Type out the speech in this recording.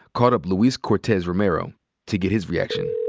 called up luis cortes romero to get his reaction.